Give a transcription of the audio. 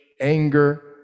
anger